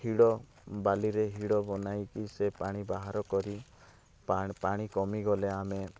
ହିଡ଼ ବାଲିରେ ହିଡ଼ ବନାଇ କି ସେ ପାଣି ବାହାର କରି ପାଣ ପାଣି କମିଗଲେ ଆମେ